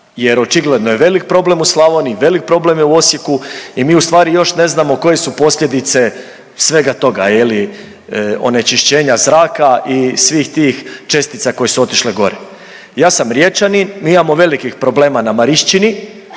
Jer očigledno je velik problem u Slavoniji, velik problem je u Osijeku i mi u stvari još ne znamo koje su posljedice svega toga. Je li, onečišćenja zraka i svih tih čestica koje su otišle gore. Ja sam Riječanin, mi imamo velikih problema na Marišćini.